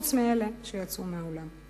חוץ מאלה שיצאו מהאולם,